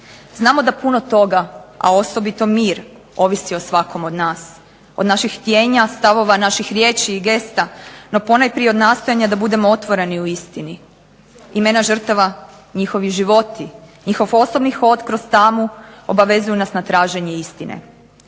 Znamo da puno toga, a osobito mir, ovisi o svakom od nas, od naših htijenja, stavova, naših riječi i gesta no ponajprije od nastojanja da budemo otvoreni u istini. Imena žrtava, njihovi životi, njihov osobni hod kroz tamu obavezuju nas na traženje istine.